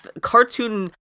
cartoon